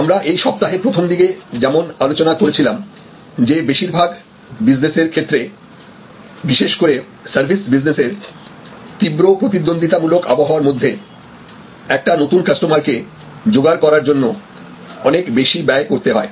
আমরা এই সপ্তাহের প্রথম দিকে যেমন আলোচনা করেছিলাম যে বেশির ভাগ বিজনেস এর ক্ষেত্রে বিশেষ করেসার্ভিস বিজনেস এর তীব্র প্রতিদ্বন্দ্বিতামূলক আবহাওয়ার মধ্যে একটা নতুন কাস্টমারকে জোগাড় করার জন্য অনেক বেশি ব্যয় করতে হয়